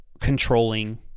controlling